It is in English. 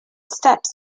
steps